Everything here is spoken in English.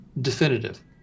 definitive